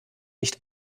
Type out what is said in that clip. nicht